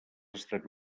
estats